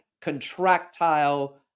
contractile